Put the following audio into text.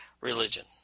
religion